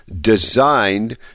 designed